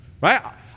right